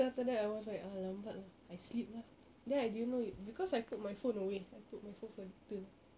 then after that I was like lambat lah I sleep lah then I didn't know you because I put my phone away I put my phone further